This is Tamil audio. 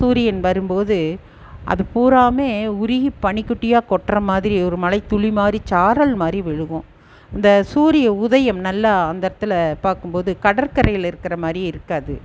சூரியன் வரும்போது அது பூராவுமே உருகி பனிக்கட்டியாக கொட்டுற மாதிரி ஒரு மழை துளி மாதிரி சாரல் மாதிரி விழுகும் இந்த சூரிய உதயம் நல்லா அந்ததட்த்தில் பார்க்கும்போது கடற்கரைலர்க்கிற மாதிரிருக்காது